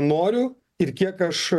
noriu ir kiek aš